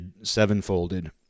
Sevenfolded